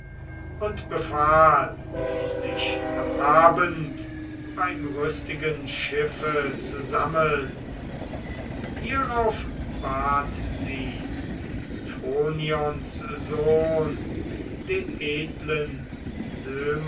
und befahl sich am abend beim rüstigen schiffe zu sammeln hierauf bat sie phronios sohn den edlen